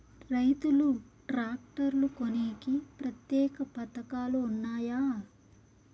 రైతులు ట్రాక్టర్లు కొనేకి ప్రత్యేక పథకాలు ఉన్నాయా?